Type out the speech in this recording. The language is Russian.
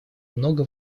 много